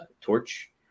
torch